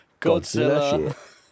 Godzilla